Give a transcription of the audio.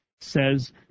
says